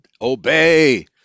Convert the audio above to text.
obey